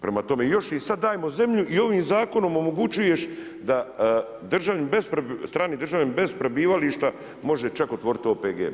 Prema tome, još im sad i dajemo zemlju i ovim zakonom omogućuješ da državljanin, strani državljanin bez prebivališta može čak otvoriti OPG.